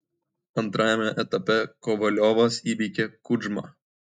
antrajame etape kovaliovas įveikė kudžmą